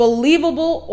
Believable